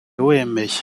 wemeye